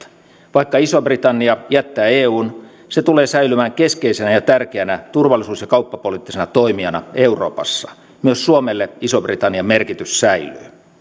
vaikka iso britannia jättää eun se tulee säilymään keskeisenä ja tärkeänä turvallisuus ja kauppapoliittisena toimijana euroopassa myös suomelle ison britannian merkitys säilyy